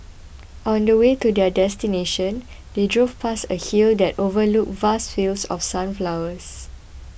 on the way to their destination they drove past a hill that overlooked vast fields of sunflowers